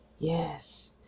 Yes